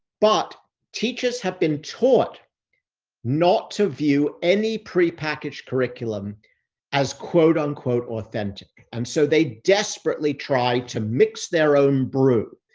but teachers have been taught not to view any prepackaged curriculum as quote unquote authentic and so, they desperately try to mix their own brew.